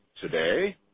today